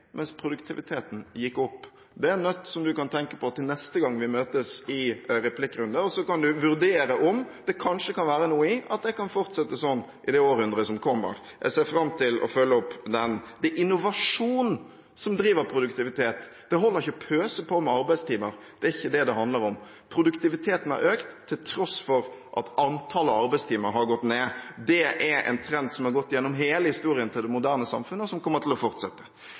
mens produktiviteten gikk opp. Det er en nøtt som representanten kan tenke på til neste gang vi møtes i en replikkrunde. Og så kan han vurdere om det kanskje kan være noe i at det fortsetter slik i det århundret som kommer. Jeg ser fram til å følge opp dette. Det er innovasjon som fører til produktivitet. Det holder ikke å pøse på med arbeidstimer – det er ikke det det handler om. Produktiviteten har økt, til tross for at antallet arbeidstimer har gått ned. Det er en trend som har vært der gjennom hele det moderne samfunns historie, og som kommer til å fortsette.